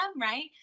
right